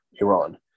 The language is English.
Iran